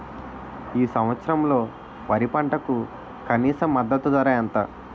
ఈ సంవత్సరంలో వరి పంటకు కనీస మద్దతు ధర ఎంత?